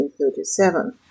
1937